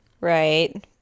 Right